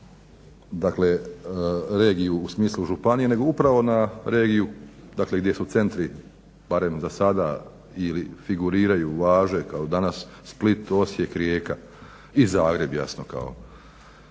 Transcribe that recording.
tzv. regiju u smislu županije nego upravo na regiju, dakle gdje su centri barem za sada ili figuriraju, važe kao danas Split, Osijek, Rijeka i Zagreb jasno kao